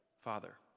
Father